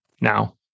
now